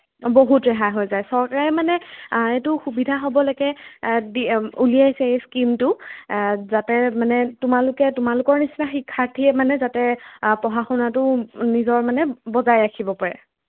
বহুত ৰেহাই হৈ যায় চৰকাৰে মানে এইটো সুবিধা হ'বলৈকে উলিয়াইছে এই স্কীমটো যাতে মানে তোমালোকে তোমালোকৰ নিচিনা শিক্ষাৰ্থীয়ে মানে যাতে পঢ়া শুনাটো নিজৰ মানে বজাই ৰাখিব পাৰে